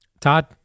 Todd